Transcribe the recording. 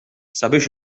sabiex